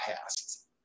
past